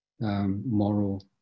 moral